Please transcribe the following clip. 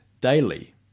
daily